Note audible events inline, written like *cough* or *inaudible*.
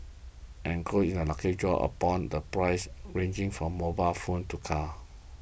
and enclosed is a lucky draw *unintelligible* the prizes ranging from mobile phones to cars